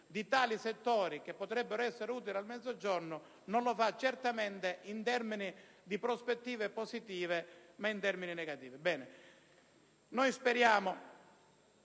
di settori che potrebbero essere utili al Mezzogiorno, non lo fa certamente in termini di prospettive positive, ma in termini negativi. A prescindere